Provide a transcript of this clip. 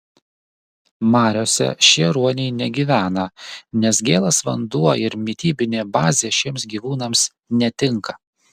mariose šie ruoniai negyvena nes gėlas vanduo ir mitybinė bazė šiems gyvūnams netinka